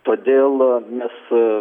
todėl mes